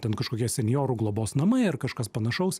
ten kažkokie senjorų globos namai ar kažkas panašaus